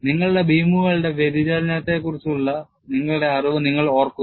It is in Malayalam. നിങ്ങളുടെ ബീമുകളുടെ വ്യതിചലനത്തെക്കുറിച്ചുള്ള നിങ്ങളുടെ അറിവ് നിങ്ങൾ ഓർക്കുന്നു